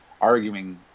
arguing